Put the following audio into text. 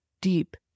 deep